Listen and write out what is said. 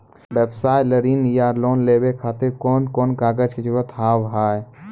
व्यवसाय ला ऋण या लोन लेवे खातिर कौन कौन कागज के जरूरत हाव हाय?